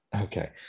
Okay